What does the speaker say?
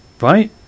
Right